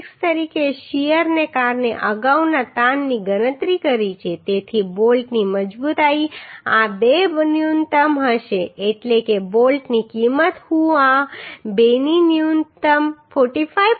26 તરીકે શીયરને કારણે અગાઉના તાણની ગણતરી કરી છે તેથી બોલ્ટની મજબૂતાઈ આ બે ન્યૂનતમ હશે એટલે કે બોલ્ટની કિંમત હું આ બેની ન્યૂનતમ 45